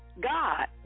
God